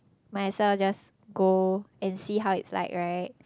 might as well just go and see how it's like right